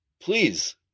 please